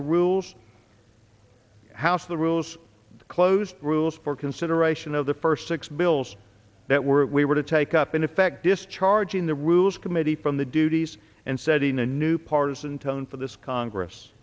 the rules house the rules closed rules for consideration of the first six bills that were to take up in effect discharging the rules committee from the duties and setting a new partisan tone for this congress